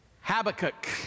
Habakkuk